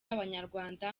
abanyarwanda